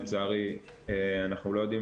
לצערי אנחנו לא יודעים